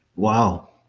wow.